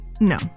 No